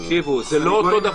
תקשיבו, זה לא אותו דבר.